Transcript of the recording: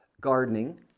gardening